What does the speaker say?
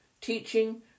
teaching